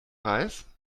reis